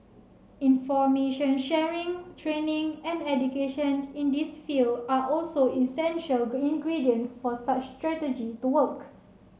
information sharing training and education in this field are also essential ingredients for such strategy to work